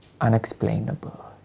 Unexplainable